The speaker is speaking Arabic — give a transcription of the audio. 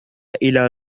إلى